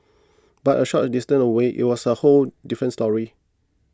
but a short a distance away it was a whole different story